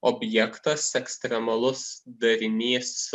objektas ekstremalus darinys